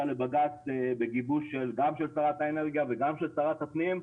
לבג"ץ בגיבוש גם של שרת האנרגיה וגם של שרת הפנים,